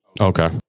Okay